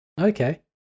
Okay